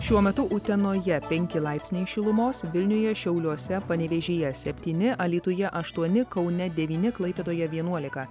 šiuo metu utenoje penki laipsniai šilumos vilniuje šiauliuose panevėžyje septyni alytuje aštuoni kaune devyni klaipėdoje vienuolika